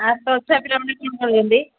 ଆଉ ତୋର ଛୁଆପିଲାମାନେ କେଉଁଠି ପଢୁଛନ୍ତି